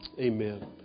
Amen